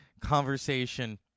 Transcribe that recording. conversation